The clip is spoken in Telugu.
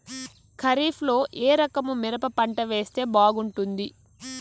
ఖరీఫ్ లో ఏ రకము మిరప పంట వేస్తే బాగుంటుంది